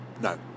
No